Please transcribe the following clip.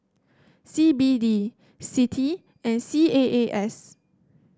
C B D CITI and C A A S